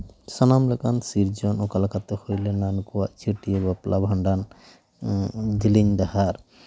ᱥᱟᱱᱟᱢ ᱞᱮᱠᱟᱱ ᱥᱤᱨᱡᱚᱱ ᱚᱠᱟ ᱞᱮᱠᱟᱛᱮ ᱦᱩᱭ ᱞᱮᱱᱟ ᱱᱩᱠᱩᱣᱟᱜ ᱪᱷᱟᱹᱴᱭᱟᱹᱨ ᱵᱟᱯᱞᱟ ᱵᱷᱟᱸᱰᱟᱱ ᱡᱤᱞᱤᱧ ᱰᱟᱦᱟᱨ